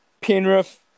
Penrith